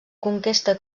conquesta